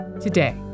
today